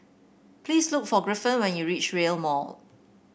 please look for Griffin when you reach Rail Mall